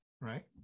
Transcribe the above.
right